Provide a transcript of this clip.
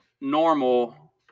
normal